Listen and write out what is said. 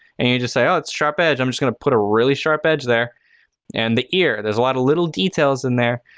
and you just say oh, it's a sharp edge, i'm just going to put a really sharp edge there and the ear, there's a lot of little details in there